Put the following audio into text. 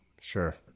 Sure